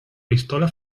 pistola